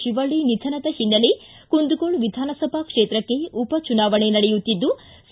ಶಿವಳ್ಳಿ ನಿಧನದ ಹಿನ್ನೆಲೆ ಕುಂದಗೋಳ ವಿಧಾನಸಭಾ ಕ್ಷೇತ್ರಕ್ಕೆ ಉಪಚುನಾವಣೆ ನಡೆಯುತ್ತಿದ್ದು ಸಿ